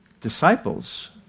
disciples